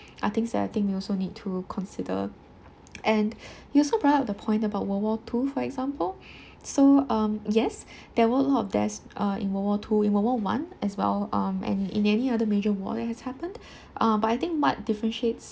are things that I think you also need to consider and you also bought up about the point world war two for example so um yes there were a lot of death uh in world war two in world war one as well um and in any other major war that has happened uh but I think what differentiates